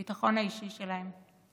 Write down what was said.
בביטחון האישי שלהם,